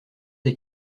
des